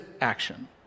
action